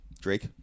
Drake